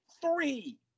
three